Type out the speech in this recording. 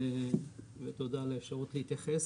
תודה על האפשרות להתייחס.